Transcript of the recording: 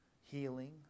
healing